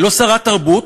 לא שרת התרבות,